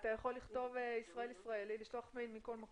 אתה יכול לכתוב ישראל ישראלי ולשלוח מכל מקום.